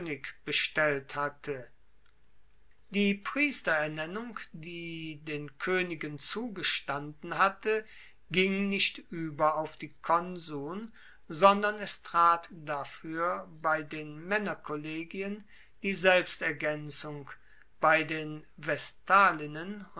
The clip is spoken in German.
bestellt hatte die priesterernennung die den koenigen zugestanden hatte ging nicht ueber auf die konsuln sondern es trat dafuer bei den maennerkollegien die selbstergaenzung bei den